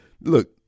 Look